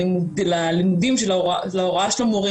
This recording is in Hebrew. ללימודי ההוראה,